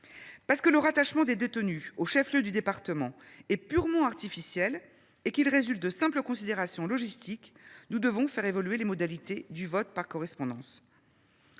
Parce que le rattachement des détenus au chef lieu du département est purement artificiel et qu’il résulte de simples considérations logistiques, nous devons faire évoluer les modalités du vote par correspondance.